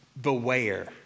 beware